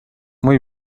muy